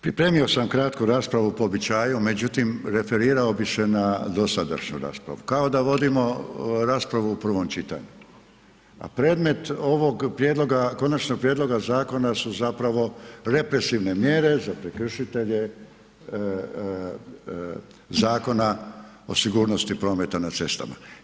Pripremio sam kratku raspravu po običaju međutim referirao bi se na dosadašnju raspravu, ka da vodimo raspravu u prvom čitanju a predmet ovog konačnog prijedloga zakona su zapravo represivne mjere za prekršitelje Zakon o sigurnosti prometa na cestama.